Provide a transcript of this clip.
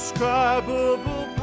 indescribable